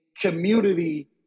community